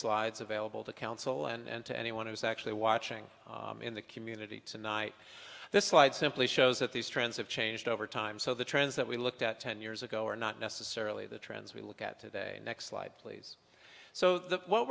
slides available to counsel and to anyone who's actually watching in the community tonight this slide simply shows that these trends have changed over time so the trends that we looked at ten years ago are not necessarily the trends we look at today next slide please so that